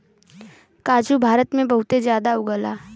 काजू भारत में बहुते जादा उगला